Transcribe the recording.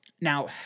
Now